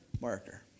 marker